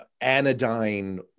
anodyne